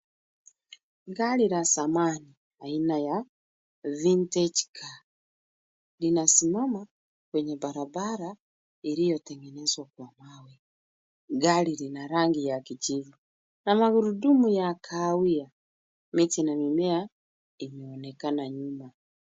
Gari za zamani aina ya vintage car. Linasimama kwenye barabara iliyotengenezwa kwa mawe. Gari lina rangi ya kijivu na magurudumu ya kahawia. Miti na mimea imeonekana nyuma.